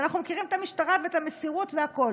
ואנחנו מכירים את המשטרה ואת המסירות והכול,